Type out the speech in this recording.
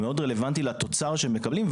מאוד רלוונטי לתוצר שמקבלים.